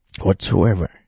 Whatsoever